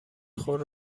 خود